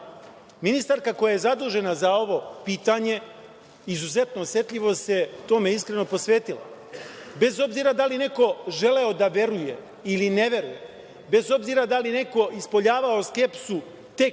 bavi. Ministarka koja je zadužena za ovo pitanje, izuzetno osetljivo se tome iskreno posvetila, bez obzira da li neko želeo da veruje ili ne veruje, bez obzira da li neko ispoljavao skepsu tek